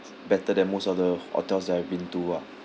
better than most of the hotels that I've been to ah